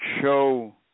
show